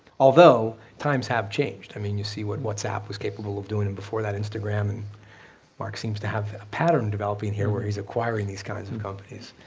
although, times have changed. i mean, you see what whatsapp was capable of doing before that, instagram, and mark seems to have a pattern developing here where he's acquiring these kinds of companies.